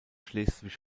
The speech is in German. schleswig